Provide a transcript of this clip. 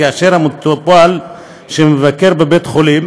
כאשר המטופל שמבקר בבית חולים